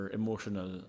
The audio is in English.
emotional